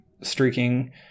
streaking